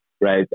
right